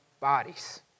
bodies